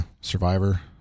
Survivor